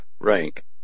rank